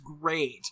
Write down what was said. great